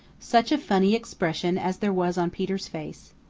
such a funny expression as there was on peter's face.